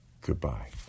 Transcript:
goodbye